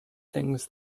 things